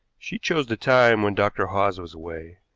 she chose the time when dr. hawes was away,